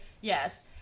Yes